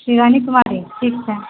शिवानी कुमारी ठीक छै